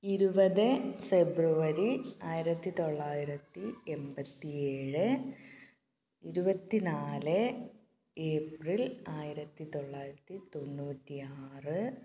ഇരുപത് ഫെബ്രുവരി ആയിരത്തിത്തൊള്ളായിരത്തി എൺപത്തി ഏഴ് ഇരുപത്തി നാല് ഏപ്രിൽ ആയിരത്തിത്തൊള്ളായിരത്തിത്തൊണ്ണൂറ്റി ആറ്